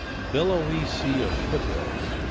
billowy sea of foot-hills,